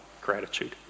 gratitude